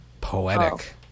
poetic